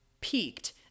peaked